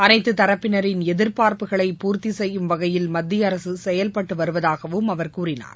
அனைத்து தரப்பினரின் எதிர்பார்ப்புகளை பூர்த்தி செய்யும் வகையில் மத்திய அரசு செயல்பட்டு வருவதாகவும் அவர் கூறினார்